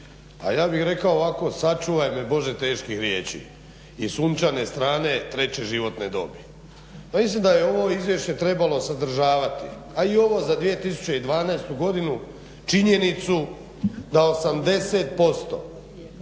A ja bih rekao ovako. Sačuvaj me bože teških riječi i sunčane strane treće životne dobi. Ja mislim da je ovo izvješće trebalo sadržavati a i ovo za 2012. godinu činjenicu da 80%